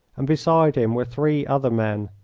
and beside him were three other men,